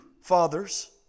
fathers